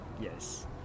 Yes